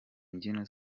imbyino